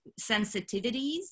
sensitivities